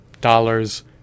dollars